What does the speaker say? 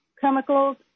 chemicals